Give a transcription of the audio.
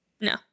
No